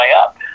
up